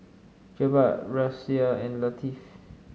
Jebat Raisya and Latif